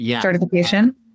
certification